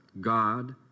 God